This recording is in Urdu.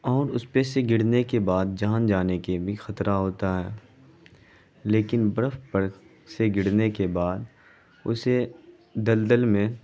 اور اس پہ سے گرنے کے بعد جان جانے کے بھی خطرہ ہوتا ہے لیکن برف پر سے گرنے کے بعد اسے دلدل میں